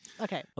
Okay